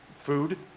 food